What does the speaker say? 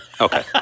Okay